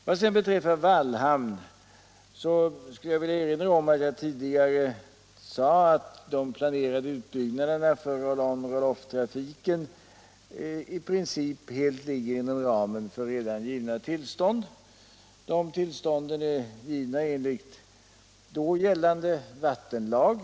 Vad sedan beträffar Wallhamn skulle jag vilja erinra om vad jag sade tidigare, nämligen att de planerade utbyggnaderna för roll on/roll offtrafiken i princip helt ligger inom ramen för redan givna tillstånd, som lämnats enligt då gällande vattenlag.